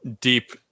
deep